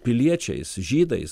piliečiais žydais